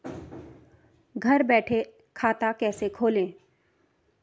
घर बैठे खाता कैसे खोलें?